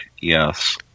yes